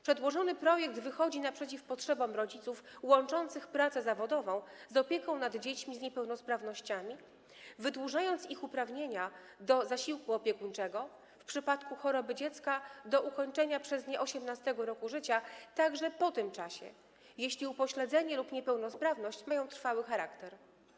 Przedłożony projekt wychodzi naprzeciw oczekiwaniom rodziców łączących pracę zawodową z opieką nad dziećmi z niepełnosprawnościami, wydłużając okres przysługiwania im uprawnienia do zasiłku opiekuńczego w przypadku choroby dziecka do ukończenia przez nie 18. roku życia także po tym czasie, jeśli upośledzenie lub niepełnosprawność mają trwały charakter.